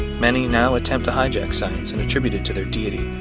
many now attempt to hijack science and attributed to their deity,